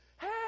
Hey